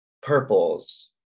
purples